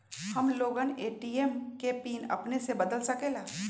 हम लोगन ए.टी.एम के पिन अपने से बदल सकेला?